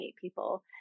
people